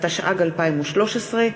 התשע"ג 2013,